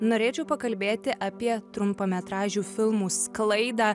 norėčiau pakalbėti apie trumpametražių filmų sklaidą